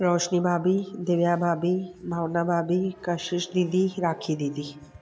रोशनी भाभी दिव्या भाभी भावना भाभी कशिश दीदी राखी दीदी